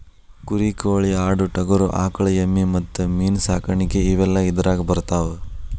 ಕುರಿ ಕೋಳಿ ಆಡು ಟಗರು ಆಕಳ ಎಮ್ಮಿ ಮತ್ತ ಮೇನ ಸಾಕಾಣಿಕೆ ಇವೆಲ್ಲ ಇದರಾಗ ಬರತಾವ